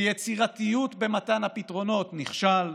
ביצירתיות במתן הפתרונות, נכשל,